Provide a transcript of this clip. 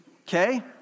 Okay